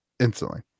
instantly